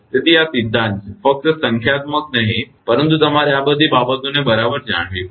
તેથી આ સિદ્ધાંત છે ફક્ત સંખ્યાત્મક જ નહીં પરંતુ તમારે આ બધી બાબતોને બરાબર જાણવી પડશે